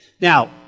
Now